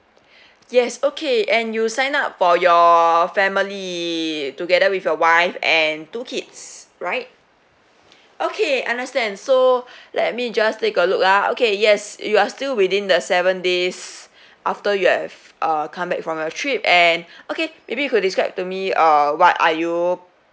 yes okay and you signed up for your family together with your wife and two kids right okay understand so let me just take a look ah okay yes you are still within the seven days after you have uh come back from your trip and okay maybe you could describe to me uh what are you